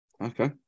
Okay